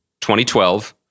2012